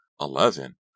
Eleven